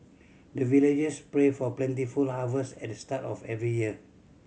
the villagers pray for plentiful harvest at the start of every year